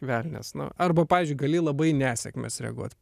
velnias nu arba pavyzdžiui gali labai į nesėkmes reaguot